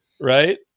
right